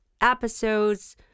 episodes